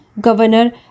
Governor